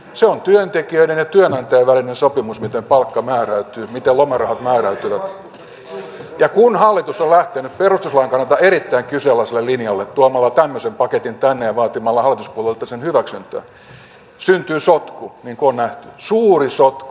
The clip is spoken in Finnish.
se on työntekijöiden ja työnantajien välinen sopimus miten palkka määräytyy miten lomarahat määräytyvät ja kun hallitus on lähtenyt perustuslain kannalta erittäin kyseenalaiselle linjalle tuomalla tämmöisen paketin tänne ja vaatimalla hallituspuolueilta sen hyväksyntää syntyy sotku niin kuin on nähty suuri sotku